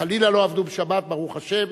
חלילה לא עבדו בשבת, ברוך השם,